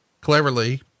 cleverly